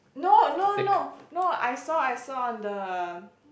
no no no no I saw I saw on the